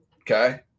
Okay